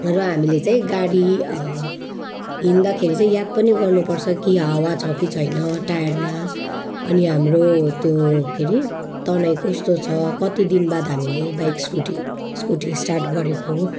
र हामीले चाहिँ गाडी हिँड्दाखेरि चाहिँ याद पनि गर्नुपर्छ कि हावा छ कि छैन टायरमा अनि हाम्रो त्यो के अरे तनाइ कस्तो छ कति दिन बाद हामीले बाइक स्कुटी स्कुटी स्टार्ट गरेको हो